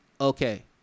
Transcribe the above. Okay